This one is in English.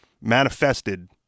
manifested